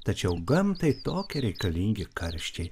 tačiau gamtai tokie reikalingi karščiai